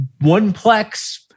one-plex